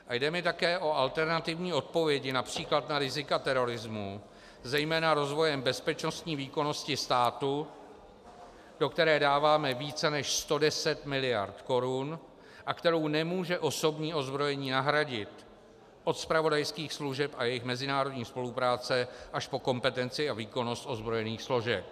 A jde mi také o alternativní odpovědi například na rizika terorismu zejména rozvojem bezpečnostní výkonnosti státu, do které dáváme více než 110 mld. korun a kterou nemůže osobní ozbrojení nahradit, od zpravodajských služeb a jejich mezinárodní spolupráce až po kompetenci a výkonnost ozbrojených složek.